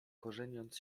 korzeniąc